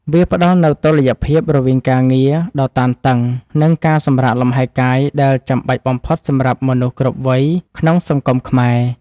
វាផ្ដល់នូវតុល្យភាពរវាងការងារដ៏តានតឹងនិងការសម្រាកលំហែកាយដែលចាំបាច់បំផុតសម្រាប់មនុស្សគ្រប់វ័យក្នុងសង្គមខ្មែរ។